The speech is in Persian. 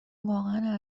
واقعا